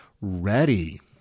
ready